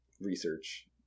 research